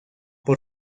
por